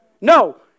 No